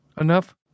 enough